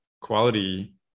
quality